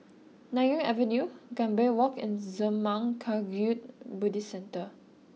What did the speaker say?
Nanyang Avenue Gambir Walk and Zurmang Kagyud Buddhist Centre